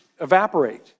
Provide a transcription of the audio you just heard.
evaporate